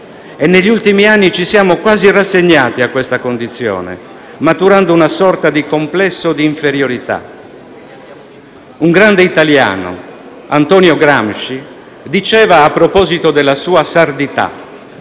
Negli ultimi anni ci siamo quasi rassegnati a questa condizione, maturando una sorta di complesso di inferiorità. Un grande italiano, Antonio Gramsci, diceva a proposito della sua sardità: